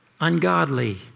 ungodly